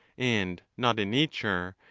and not in nature,